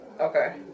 Okay